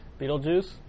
Beetlejuice